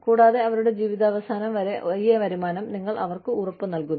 കൂടാതെ അവരുടെ ജീവിതാവസാനം വരെ ഈ വരുമാനം നിങ്ങൾ അവർക്ക് ഉറപ്പുനൽകുന്നു